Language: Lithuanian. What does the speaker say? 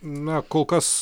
na kol kas